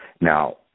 Now